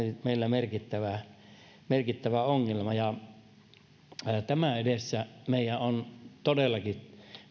meillä merkittävä ongelma tämän edessä meidän on todellakin